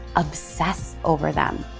obsess over them.